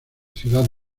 ciudad